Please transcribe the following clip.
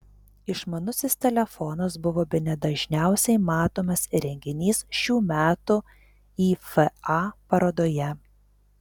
išmanusis telefonas buvo bene dažniausiai matomas įrenginys šių metų ifa parodoje